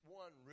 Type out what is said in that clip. one